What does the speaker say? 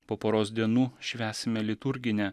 po poros dienų švęsime liturginę